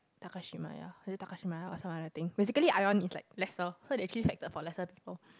Takashimaya is it Takashimaya or some other thing basically Ion is like lesser so they actually sector for lesser people